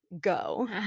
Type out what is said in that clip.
go